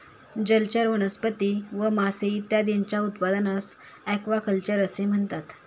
जलचर वनस्पती व मासे इत्यादींच्या उत्पादनास ॲक्वाकल्चर असे म्हणतात